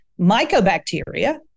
mycobacteria